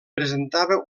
presentava